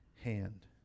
hand